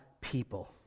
people